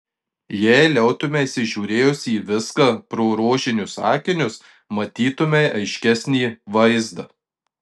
jei liautumeisi žiūrėjusi į viską pro rožinius akinius matytumei aiškesnį vaizdą